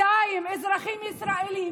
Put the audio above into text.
200 אזרחים ישראלים,